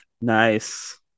Nice